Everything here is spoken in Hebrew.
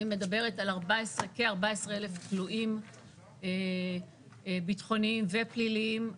אני מדברת על כ-14,000 כלואים ביטחוניים ופליליים,